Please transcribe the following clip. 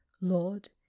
Lord